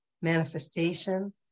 manifestation